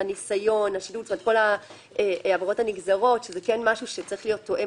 הניסיון וכל העבירות הנגזרות שזה צריך להיות משהו שתואם